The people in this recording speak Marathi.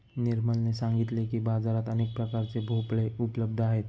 निर्मलने सांगितले की, बाजारात अनेक प्रकारचे भोपळे उपलब्ध आहेत